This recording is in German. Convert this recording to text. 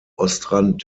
ostrand